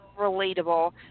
relatable